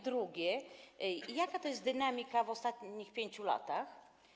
Drugie: Jaka to jest dynamika w ostatnich 5 latach?